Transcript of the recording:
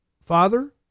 Father